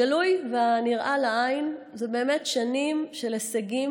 הגלוי והנראה לעין הוא באמת שנים של הישגים